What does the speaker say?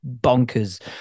bonkers